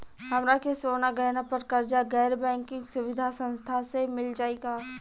हमरा के सोना गहना पर कर्जा गैर बैंकिंग सुविधा संस्था से मिल जाई का?